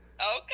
Okay